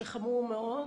זה חמור מאוד.